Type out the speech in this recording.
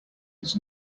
his